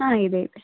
ಹಾಂ ಇದೆ ಇದೆ